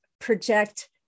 project